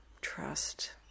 Trust